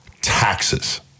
Taxes